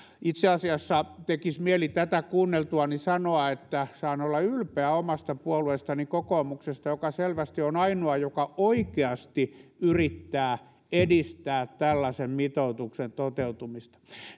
itse asiassa tekisi mieli tätä kuunneltuani sanoa että saan olla ylpeä omasta puolueestani kokoomuksesta joka selvästi on ainoa joka oikeasti yrittää edistää tällaisen mitoituksen toteutumista